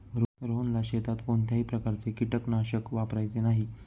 रोहनला शेतात कोणत्याही प्रकारचे कीटकनाशक वापरायचे नाही